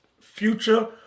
future